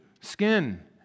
skin